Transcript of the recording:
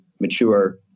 mature